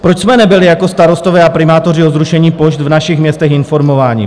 Proč jsme nebyli jako starostové a primátoři o zrušení pošt v našich městech informováni?